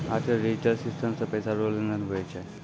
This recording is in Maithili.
आज कल डिजिटल सिस्टम से पैसा रो लेन देन हुवै छै